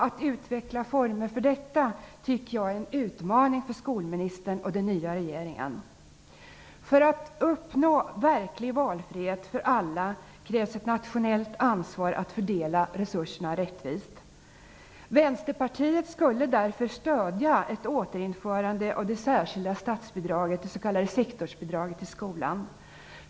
Att utveckla former för detta tycker jag är en utmaning för skolministern och den nya regeringen. För att vi skall uppnå verklig valfrihet för alla krävs ett nationellt ansvar att fördela resurserna rättvist. Vänsterpartiet skulle därför stödja ett återinförande av det särskilda statsbidraget, sektorsbidraget, till skolan.